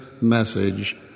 message